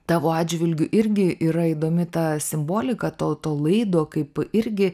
tavo atžvilgiu irgi yra įdomi ta simbolika to to laido kaip irgi